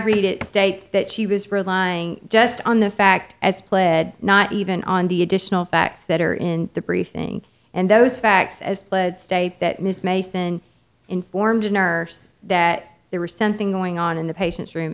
read it states that she was relying just on the fact as pled not even on the additional facts that are in the briefing and those facts as led state that ms mason informed a nurse that there was something going on in the patien